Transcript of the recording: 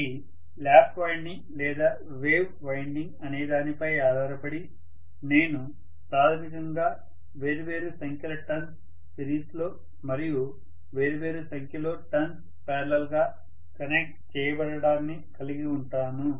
అది lap winding లేదా wave winding అనే దానిపై ఆధారపడి నేను ప్రాథమికంగా వేర్వేరు సంఖ్యల టర్న్స్ సిరీస్లో మరియు వేర్వేరు సంఖ్యలో టర్న్స్ పారలల్ గా కనెక్ట్ చేయబడడాన్ని కలిగివుంటాను